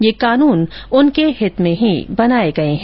ये कानून उनके हित में ही बनाए गए हैं